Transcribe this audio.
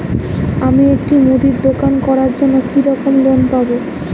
আমি একটি মুদির দোকান করার জন্য কি রকম লোন পাব?